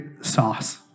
sauce